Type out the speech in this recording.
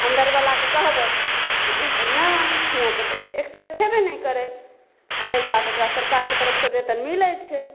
आ अन्दर बलाके कहबै तऽ ओ कहतै नहि हियाँ तऽ एक्सरे छेबे नहि करै आ पैसा तऽ ओकरा सरकारके तरफ से बेतन मिलै छै